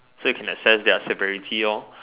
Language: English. so you can access their severity lor